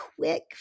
quick